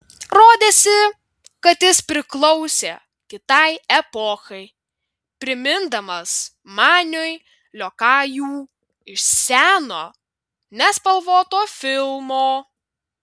rodėsi kad jis priklausė kitai epochai primindamas maniui liokajų iš seno nespalvoto filmo